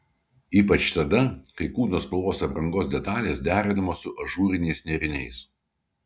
ypač tada kai kūno spalvos aprangos detalės derinamos su ažūriniais nėriniais